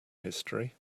history